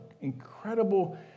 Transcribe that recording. incredible